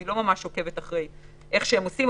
אני לא ממש עוקבת אחרי איך שהן עושות את זה,